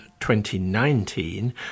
2019